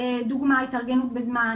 לדוגמה התארגנות בזמן,